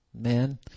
Amen